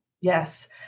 Yes